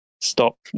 stop